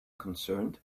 concerned